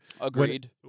agreed